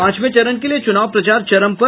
पांचवे चरण के लिए चुनाव प्रचार चरम पर